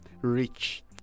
rich